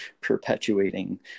perpetuating